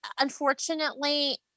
Unfortunately